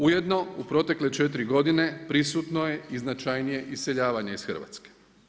Ujedno u protekle 4 godine prisutno je i značajnije iseljavanje iz Hrvatske.